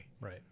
Right